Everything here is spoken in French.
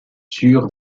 sûr